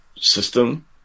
system